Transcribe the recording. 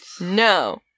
no